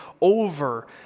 over